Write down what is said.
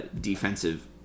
defensive